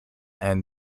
and